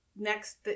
Next